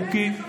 חוקית,